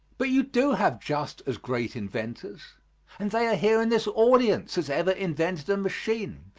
but you do have just as great inventors, and they are here in this audience, as ever invented a machine.